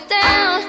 down